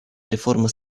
реформы